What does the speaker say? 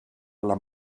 alla